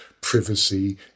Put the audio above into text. privacy